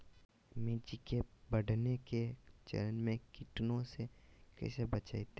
मिर्च के बढ़ने के चरण में कीटों से कैसे बचये?